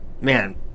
Man